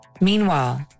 Meanwhile